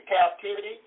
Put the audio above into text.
captivity